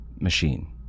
machine